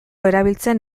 erabiltzen